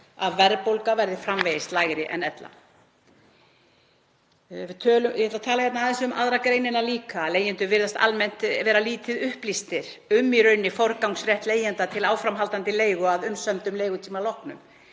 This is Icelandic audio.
að verðbólga verði framvegis lægri en ella. Ég ætla að tala aðeins um 2. gr. líka. Leigjendur virðast almennt vera lítið upplýstir um forgangsrétt leigjanda til áframhaldandi leigu að umsömdum leigutíma loknum